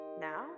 Now